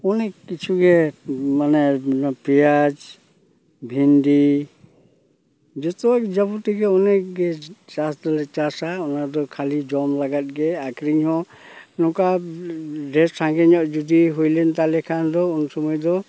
ᱚᱱᱮᱠ ᱠᱤᱪᱷᱩᱜᱮ ᱢᱟᱱᱮ ᱯᱮᱭᱟᱡᱽ ᱵᱷᱮᱱᱰᱤ ᱡᱚᱛᱚ ᱡᱟᱵᱚᱛᱤᱜᱮ ᱚᱱᱮᱠ ᱜᱮ ᱪᱟᱥ ᱫᱚᱞᱮ ᱪᱟᱥᱟ ᱚᱱᱟ ᱫᱚ ᱠᱷᱟᱞᱤ ᱡᱚᱢ ᱞᱟᱹᱜᱟᱫ ᱜᱮ ᱟᱠᱷᱨᱤᱧ ᱦᱚᱸ ᱱᱚᱝᱠᱟ ᱰᱷᱮᱨ ᱥᱟᱸᱜᱮ ᱧᱚᱜ ᱡᱩᱫᱤ ᱦᱩᱭ ᱞᱮᱱ ᱛᱟᱞᱮ ᱠᱷᱟᱱ ᱫᱚ ᱩᱱᱥᱩᱢᱟᱹᱭ ᱫᱚ